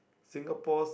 Singapore's